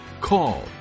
call